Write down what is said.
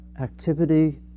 activity